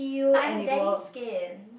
but I have daddy's skin